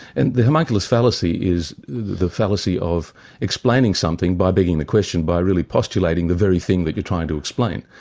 and the homunculus fallacy is the fallacy of explaining something by begging the question, by really postulating the very thing that you're trying to explain.